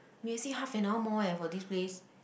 we exceed half an hour more eh for this place